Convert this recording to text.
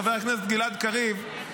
חבר הכנסת גלעד קריב,